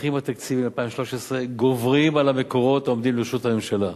הצרכים התקציביים ב-2013 גוברים על המקורות העומדים לרשות הממשלה.